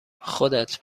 خودت